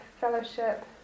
fellowship